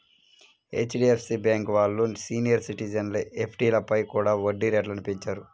HDFC bank వాళ్ళు senior సిటిజన్ల ఎఫ్డీలపై కూడా వడ్డీ రేట్లను పెంచారు